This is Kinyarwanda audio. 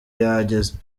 yageze